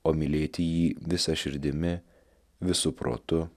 o mylėti jį visa širdimi visu protu